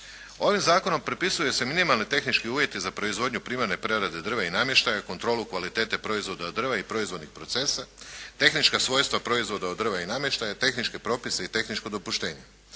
Ovim zakonom propisuju se minimalni tehnički uvjeti za proizvodnju primarne prerade drva i namještaja, kontrolu kvalitete proizvoda od drva i proizvodnih procesa, tehnička svojstva proizvoda od drva i namještaja, tehničke propise i tehničko dopuštenje.